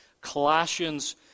colossians